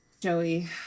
joey